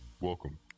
Welcome